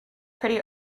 pretty